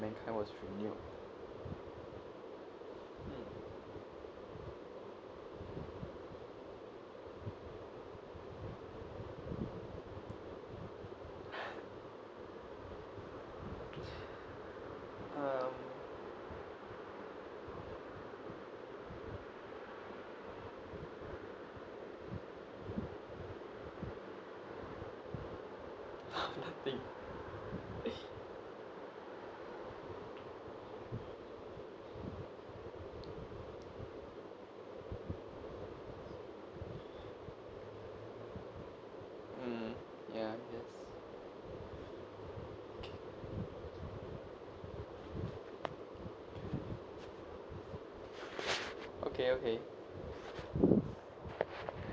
mankind was renewed hmm mm nothing mm ya I guess okay okay